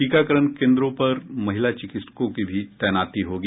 टीकाकरण केन्द्रों पर महिला चिकित्सकों की भी तैनाती होगी